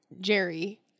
Jerry